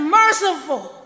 merciful